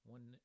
One